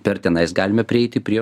per tenais galime prieiti prie